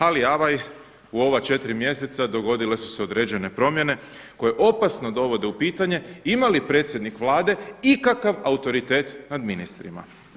Ali u ova četiri mjeseca dogodile su se određene promjene koje opasno dovode u pitanje ima li predsjednik Vlade ikakav autoritet nad ministrima.